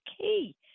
key